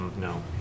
No